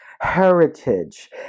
heritage